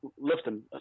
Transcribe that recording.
lifting